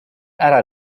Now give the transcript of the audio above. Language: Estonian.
ära